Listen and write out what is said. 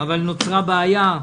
אבל נוצרה בעיה.